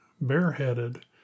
bareheaded